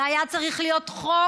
זה היה צריך להיות חוק,